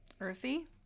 Earthy